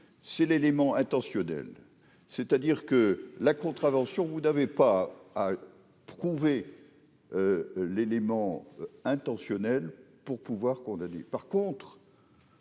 c'est l'élément intentionnel, c'est-à-dire que la contravention, vous n'avez pas à prouver l'élément intentionnel pour pouvoir condamner